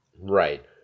Right